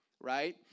right